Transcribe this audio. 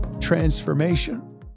transformation